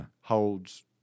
holds